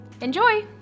Enjoy